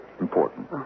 important